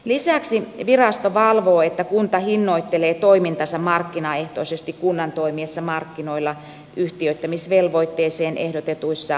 lisäksi virasto valvoo että kunta hinnoittelee toimintansa markkinaehtoisesti kunnan toimiessa markkinoilla yhtiöittämisvelvoitteeseen ehdotetuissa poikkeustilanteissa